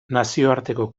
nazioarteko